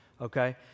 okay